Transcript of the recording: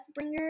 Deathbringer